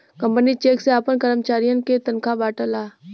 company cheque से आपन करमचारियन के तनखा बांटला